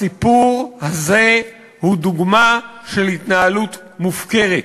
הסיפור הזה הוא דוגמה של התנהלות מופקרת.